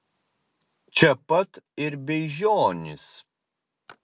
čia pat ir beižionys